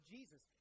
Jesus